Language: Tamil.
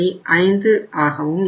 50 ஆகவும் இருக்கும்